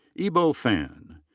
yibo fan.